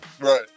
right